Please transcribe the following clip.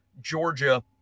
Georgia